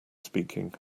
speaking